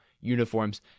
uniforms